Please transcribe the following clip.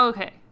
Okay